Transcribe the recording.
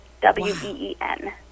W-E-E-N